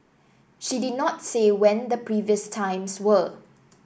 she did not say when the previous times were